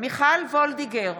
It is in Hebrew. מיכל וולדיגר,